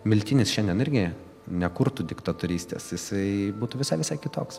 miltinis šiandien irgi nekurtų diktatorystės jisai būtų visai visai kitoks